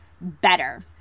better